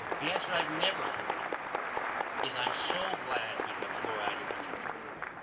the answer i've never heard is, i'm so glad we have fluoride in our drinking water.